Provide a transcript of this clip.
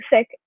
sick